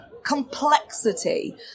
Complexity